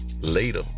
Later